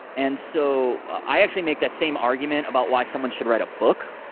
and so i actually make that same argument about why someone should write a book,